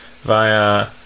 via